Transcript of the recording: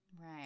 right